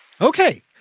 Okay